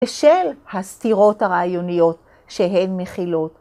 בשל הסתירות הרעיוניות שהן מכילות.